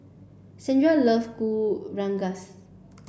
Sandra love Kuih Rengas